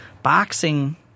Boxing